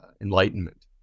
Enlightenment